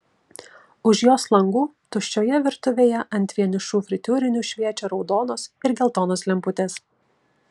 už jos langų tuščioje virtuvėje ant vienišų fritiūrinių šviečia raudonos ir geltonos lemputės